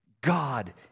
God